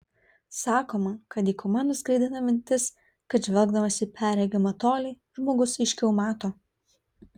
sakoma kad dykuma nuskaidrina mintis kad žvelgdamas į perregimą tolį žmogus aiškiau mato